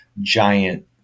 giant